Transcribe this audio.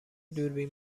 دوربین